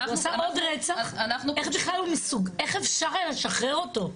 הוא עשה עוד רצח, איך אפשר היה לשחרר אותו.